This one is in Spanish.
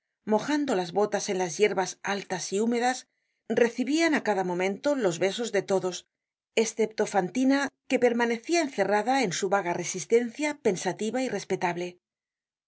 mojando las botas en las yerbas altas y húmedas recibian á cada momento los besos de todos escepto fantina que permanecia encerrada en su vaga resistencia pensativa y respetable tú